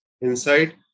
inside